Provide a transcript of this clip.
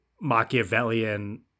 Machiavellian